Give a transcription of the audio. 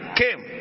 came